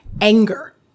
anger